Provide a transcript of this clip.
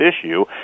issue